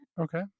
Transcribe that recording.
Okay